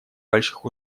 больших